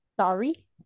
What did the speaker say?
sorry